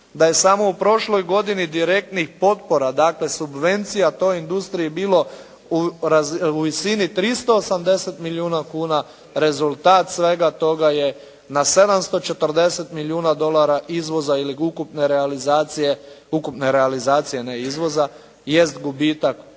da je samo u prošloj godini direktnih potpora dakle, subvencija toj industriji bilo u visini 380 milijuna kuna. Rezultat svega toga je na 740 milijuna dolara izvoza ili ukupne realizacije, ukupne realizacije, ne izvoza, jest gubitak